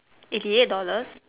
eighty eight dollars